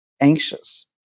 anxious